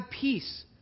peace